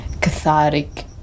cathartic